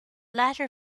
latter